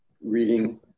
reading